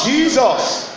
Jesus